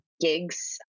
gigs